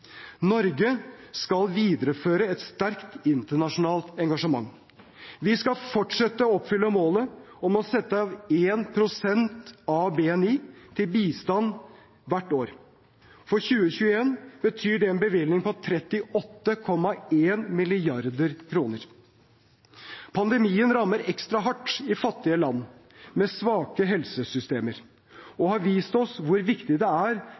Norge skal videreføre et sterkt internasjonalt engasjement. Vi skal fortsette å oppfylle målet om å sette av 1 pst. av BNI til bistand hvert år. For 2021 betyr det en bevilgning på 38,1 mrd. kr. Pandemien rammer ekstra hardt i fattige land med svake helsesystemer og har vist oss hvor viktig det er